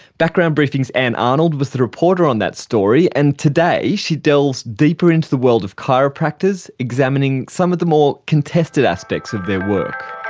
background briefing's ann arnold was the reporter on that story, and today she delves deeper into the world of chiropractors, examining some of the more contested aspects of their work.